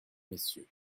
messieurs